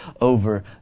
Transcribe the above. over